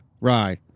rye